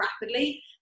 rapidly